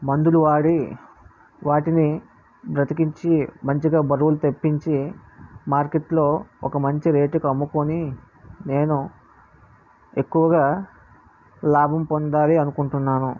మందులు వాడి వాటిని బ్రతికించి మంచిగా బరువులు తెప్పించి మార్కెట్లో ఒక మంచి రేట్కి అమ్ముకుని నేను ఎక్కువగా లాభం పొందాలి అనుకుంటున్నాను